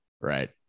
right